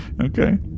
Okay